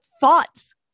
thoughts